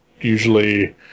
usually